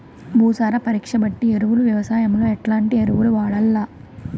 భూసార పరీక్ష బట్టి ఎరువులు వ్యవసాయంలో ఎట్లాంటి ఎరువులు వాడల్ల?